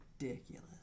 ridiculous